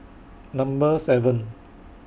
Number seven